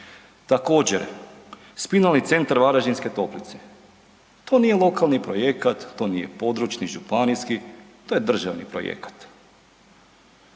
Također Spinalni Centar Varaždinske Toplice, to nije lokalni projekat, to nije područni, županijski, to je državni projekat.